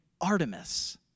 Artemis